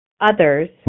others